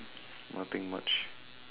nothing much